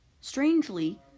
strangely